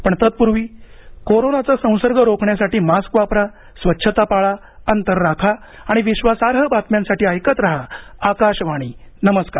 पण तत्पूर्वी कोरोनाचा संसर्ग रोखण्यासाठी मास्क वापरा स्वच्छता पाळा अंतर राखा आणि विश्वासार्ह बातम्यांसाठी ऐकत रहा आकाशवाणी नमस्कार